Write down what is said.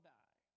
die